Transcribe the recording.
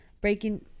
Breaking